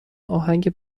آهنگ